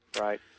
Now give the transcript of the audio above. Right